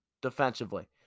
defensively